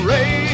Ray